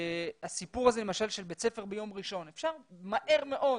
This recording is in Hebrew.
הסיפור של בית ספר ביום ראשון, אפשר מהר מאוד,